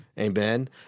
Amen